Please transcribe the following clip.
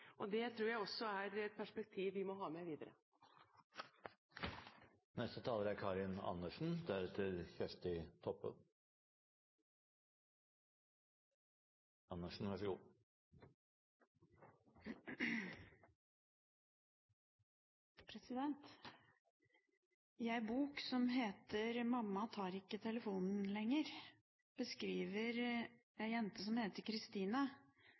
og det tror jeg også er et perspektiv vi må ha med videre. I en bok som heter Mamma tar ikke lenger telefonen, beskriver en jente som heter